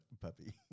puppy